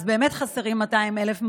אז באמת חסרים 200,000 מורים,